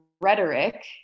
rhetoric